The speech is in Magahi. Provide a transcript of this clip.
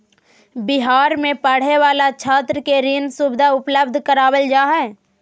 बिहार में पढ़े वाला छात्र के ऋण सुविधा उपलब्ध करवाल जा हइ